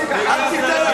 אל תיתן לה,